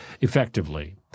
effectively